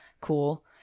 cool